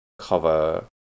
cover